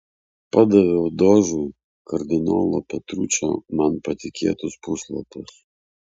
padaviau dožui kardinolo petručio man patikėtus puslapius